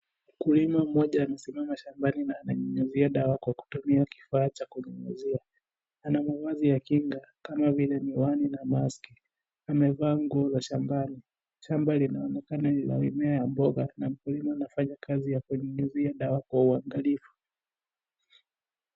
Mkulima mmoja amesimama shambani na ananyunyuzia dawa kwa kutumia kifaa cha kunyunyuzia. Ana mavazi ya kiinga kama vile miwani na maski. Amevaa nguo ya shambani. Shamba linaonekana lina mimea ya mboga na mkulima anafanya kazi ya kunyunyuzia dawa kwa uangalifu.